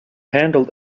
handled